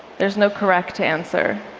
there's no correct answer.